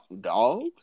Dogs